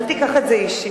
אל תיקח את זה אישית,